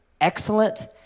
excellent